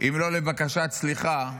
אם לא לבקשת סליחה,